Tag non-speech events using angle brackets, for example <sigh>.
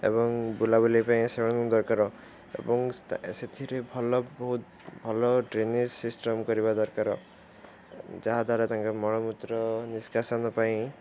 ଏବଂ ବୁଲାବୁଲି ପାଇଁ <unintelligible> ଦରକାର ଏବଂ ସେଥିରେ ଭଲ ବହୁତ ଭଲ ଡ୍ରେନେଜ୍ ସିଷ୍ଟମ୍ କରିବା ଦରକାର ଯାହାଦ୍ୱାରା ତାଙ୍କର ମଳମୂତ୍ର ନିଷ୍କାସନ ପାଇଁ